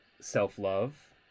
self-love